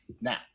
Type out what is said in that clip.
now